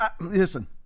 listen